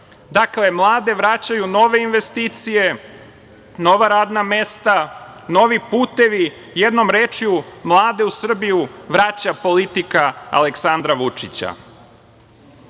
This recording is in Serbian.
Dakle, mlade vraćaju nove investicije, nova radna mesta, novi putevi, jednom rečju mlade u Srbiji vraća politika Aleksandra Vučića. Što